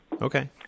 Okay